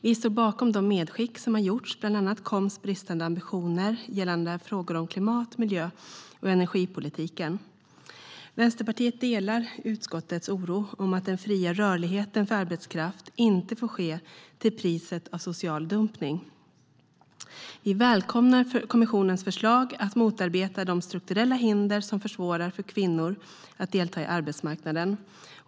Vi står bakom de medskick som har gjorts, bland annat om kommissionens bristande ambitioner gällande frågor om klimat, miljö och energipolitiken. Vi välkomnar kommissionens förslag om att motarbeta de strukturella hinder som försvårar för kvinnor att delta i arbetsmarknaden.